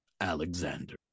alexander